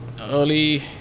early